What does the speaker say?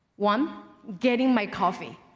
one, getting my coffee,